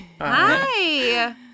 Hi